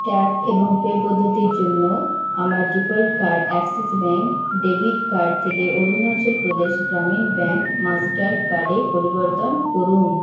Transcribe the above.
tap এবং pay পদ্ধতির জন্য আমার default card Axis bank debit card থেকে অরুণাচল প্রদেশ গ্রামীণ ব্যাঙ্ক মাস্টার কার্ডে পরিবর্তন করুন